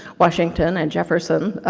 washington and jefferson,